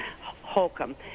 Holcomb